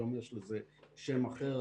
היום יש לזה שם אחר.